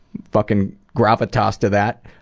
fucking gravitas to that.